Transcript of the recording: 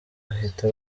bahita